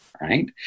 right